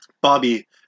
Bobby